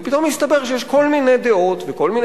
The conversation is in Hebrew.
ופתאום הסתבר שיש כל מיני דעות וכל מיני